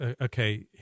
Okay